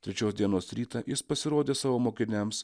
trečios dienos rytą jis pasirodė savo mokiniams